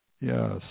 Yes